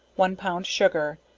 one pound sugar,